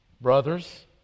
Brothers